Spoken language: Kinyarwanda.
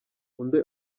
undi